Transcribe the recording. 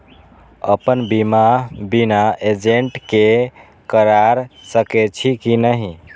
अपन बीमा बिना एजेंट के करार सकेछी कि नहिं?